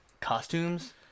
costumes